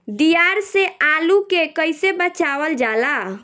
दियार से आलू के कइसे बचावल जाला?